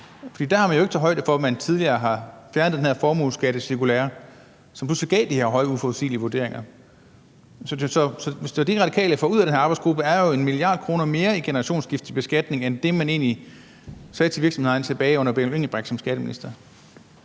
der har man jo ikke taget højde for, at man tidligere har fjernet det her formueskattecirkulære, som pludselig gav de her høje og uforudsigelige vurderinger. Så det, Radikale får ud af den arbejdsgruppe, er jo 1 mia. kr. mere i generationsskiftebeskatning end det, man egentlig sagde til virksomhedsejerne tilbage under Benny Engelbrecht som skatteminister.